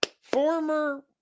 former